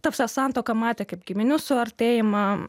ta prasme santuoką matė kaip giminių suartėjimą